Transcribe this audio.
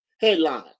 Headline